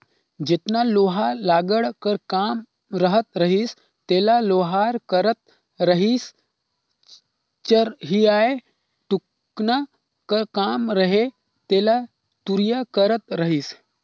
जेतना लोहा लाघड़ कर काम रहत रहिस तेला लोहार करत रहिसए चरहियाए टुकना कर काम रहें तेला तुरिया करत रहिस